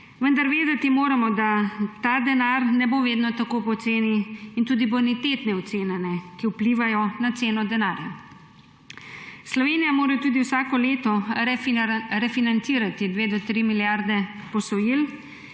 Vendar, vedeti moramo, da ta denar ne bo vedno tako poceni in tudi bonitetne ocene, ki vplivajo na ceno denarja, ne. Slovenija mora tudi vsako leto refinancirati od 2 do 3 milijarde posojil.